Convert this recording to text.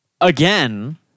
again